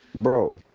Bro